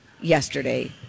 yesterday